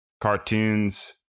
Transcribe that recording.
cartoons